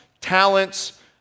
talents